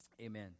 Amen